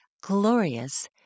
glorious